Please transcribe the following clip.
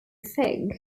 fig